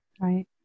Right